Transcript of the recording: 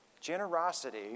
Generosity